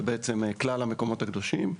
זה בעצם כלל המקומות הקדושים.